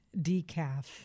decaf